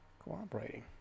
cooperating